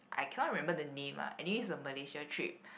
I cannot remember the name ah anyway is a Malaysia trip